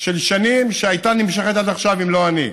של שנים, שהייתה נמשכת עד עכשיו אם לא אני.